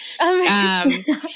Amazing